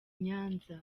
nyanza